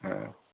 হুম